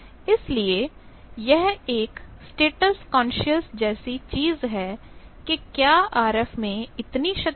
इसलिए यह एक स्टेटस कॉन्शियस जैसी चीज है कि क्या आरएफ में इतनी शक्ति है